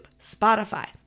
Spotify